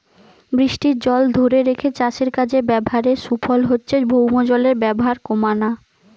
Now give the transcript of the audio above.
বৃষ্টির জল ধোরে রেখে চাষের কাজে ব্যাভারের সুফল হচ্ছে ভৌমজলের ব্যাভার কোমানা